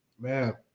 Man